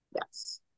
Yes